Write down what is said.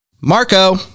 Marco